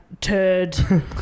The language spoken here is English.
turd